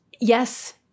Yes